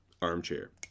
Armchair